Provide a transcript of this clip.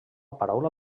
paraula